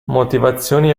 motivazioni